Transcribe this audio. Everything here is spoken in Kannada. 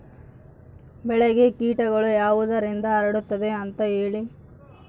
ಬೆಳೆಗೆ ಕೇಟಗಳು ಯಾವುದರಿಂದ ಹರಡುತ್ತದೆ ಅಂತಾ ಹೇಳಿ?